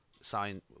Sign